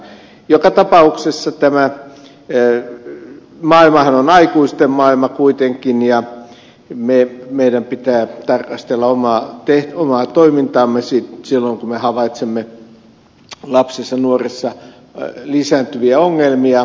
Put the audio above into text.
joka tapauksessa tämä maailmahan on aikuisten maailma kuitenkin ja meidän pitää tarkastella omaa toimintaamme silloin kun me havaitsemme lapsissa nuorissa lisääntyviä ongelmia